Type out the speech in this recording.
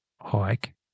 hike